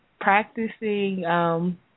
practicing